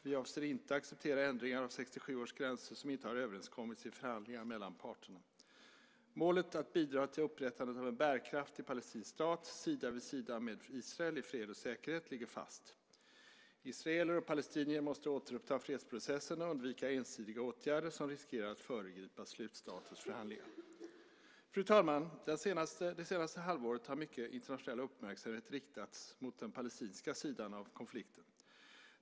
Vi avser inte att acceptera ändringar av 1967 års gränser, som inte har överenskommits i förhandlingar mellan parterna. Målet att bidra till upprättandet av en bärkraftig palestinsk stat, sida vid sida med Israel i fred och säkerhet, ligger fast. Israeler och palestinier måste återuppta fredsprocessen och undvika ensidiga åtgärder som riskerar att föregripa slutstatusförhandlingar. Fru talman! Det senaste halvåret har mycket internationell uppmärksamhet riktats mot den palestinska sidan av konflikten.